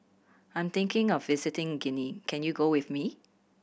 I'm thinking of visiting Guinea can you go with me